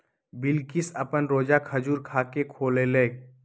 बिलकिश अप्पन रोजा खजूर खा के खोललई